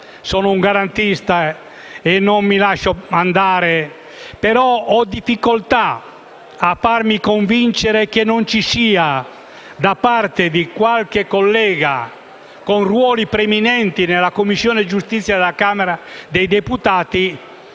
sono un garantista e non mi lascio andare, ma ho difficoltà a farmi convincere che non ci sia da parte di qualche collega che ricopre ruoli preminenti nella Commissione giustizia della Camera dei deputati